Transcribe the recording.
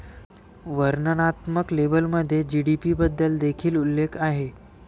वर्णनात्मक लेबलमध्ये जी.डी.पी बद्दल देखील उल्लेख आहे